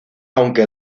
aunque